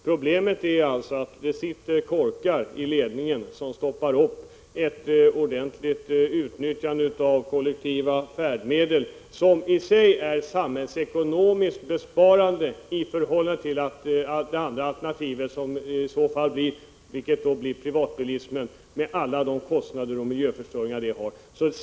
Problemet är alltså att det finns korkar i ledningen som förhindrar ett ordentligt utnyttjande av kollektiva färdmedel, som i sig innebär besparingar samhällsekonomiskt sett, i förhållande till det andra alternativet — privatbilismen — med alla de kostnader och all den miljöförstöring som det medför.